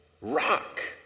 Rock